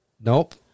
Nope